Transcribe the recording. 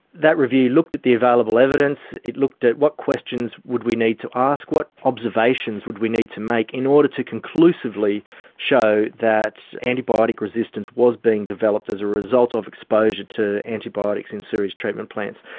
that review looked at the available evidence, it looked at what questions would we need to ask, what observations would we need to make in order to conclusively show that antibiotic resistance was being developed as a result of exposure to antibiotics in sewage treatment plants.